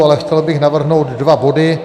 Ale chtěl bych navrhnout dva body.